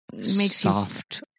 soft